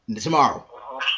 tomorrow